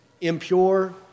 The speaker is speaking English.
impure